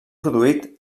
produït